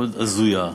מאוד הזויה,